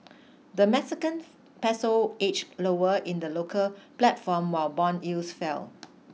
the Mexican peso inched lower in the local platform while bond yields fell